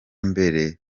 mbere